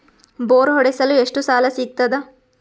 Bore ಹೊಡೆಸಲು ಎಷ್ಟು ಸಾಲ ಸಿಗತದ?